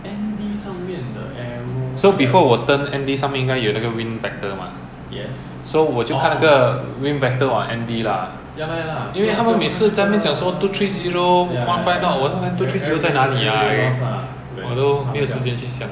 err ya 还有 shift 那个 power point 因为 the wall ah ideally to put the T_V ah has no power point ya but in the showroom ah